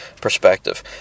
perspective